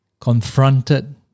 confronted